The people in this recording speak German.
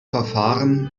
verfahren